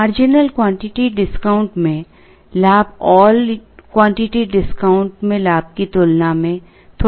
marginal quantity discount में लाभ all quantity discount में लाभ की तुलना में थोड़ा कम है